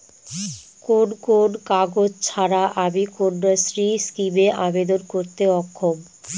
কোন কোন কাগজ ছাড়া আমি কন্যাশ্রী স্কিমে আবেদন করতে অক্ষম?